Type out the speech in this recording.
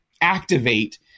activate